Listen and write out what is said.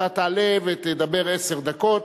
אתה תעלה ותדבר עשר דקות.